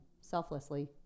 selflessly